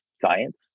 science